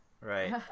Right